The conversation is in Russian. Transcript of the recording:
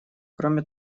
кроме